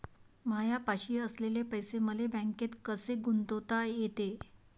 मायापाशी असलेले पैसे मले बँकेत कसे गुंतोता येते?